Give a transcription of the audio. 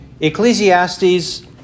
Ecclesiastes